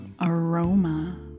aroma